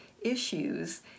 issues